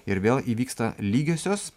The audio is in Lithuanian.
ir vėl įvyksta lygiosios